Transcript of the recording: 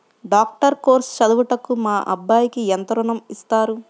Doctor course చదువుటకు మా అబ్బాయికి ఎంత ఋణం ఇస్తారు?